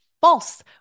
false